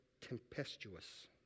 tempestuous